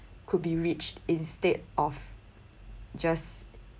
could be reached instead of just